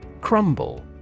Crumble